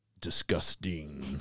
Disgusting